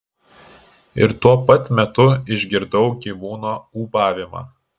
ir tuo pat metu išgirdau gyvūno ūbavimą